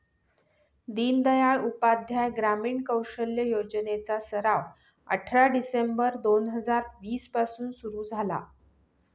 दीनदयाल उपाध्याय ग्रामीण कौशल्य योजने चा सराव अठरा डिसेंबर दोन हजार वीस पासून सुरू झाला